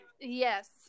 yes